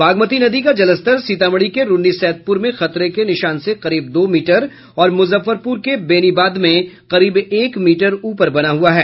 बागमती नदी का जलस्तर सीतामढ़ी के रून्नी सैदपुर में खतरे के निशान से करीब दो मीटर और मूजफ्फरपूर के बेनीबाद में करीब एक मीटर ऊपर बना हुआ है